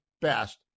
best